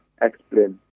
explain